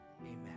Amen